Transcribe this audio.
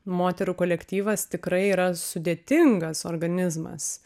moterų kolektyvas tikrai yra sudėtingas organizmas